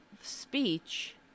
speech